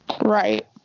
Right